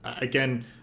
again